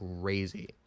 crazy